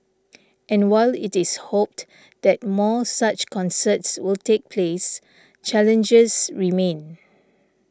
and while it is hoped that more such concerts will take place challenges remain